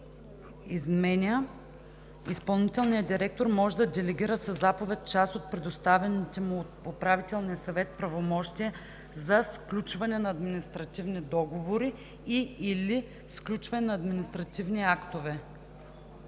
„(3) Изпълнителният директор може да делегира със заповед част от предоставените му от управителния съвет правомощия за сключване на административни договори и/или сключване на административни актове…“.